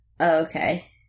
Okay